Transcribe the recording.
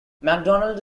macdonald